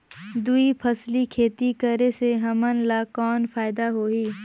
दुई फसली खेती करे से हमन ला कौन फायदा होही?